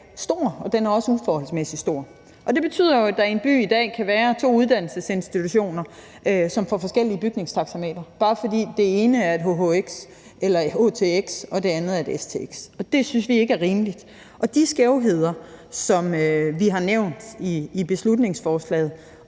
stor, og den er også uforholdsmæssig stor. Det betyder jo, at der i en by i dag kan være to uddannelsesinstitutioner, som får forskelligt bygningstaxameter, bare fordi det ene er et hhx eller htx og det andet er et stx. Og det synes vi ikke er rimeligt. Det er de skævheder, vi har nævnt i beslutningsforslaget.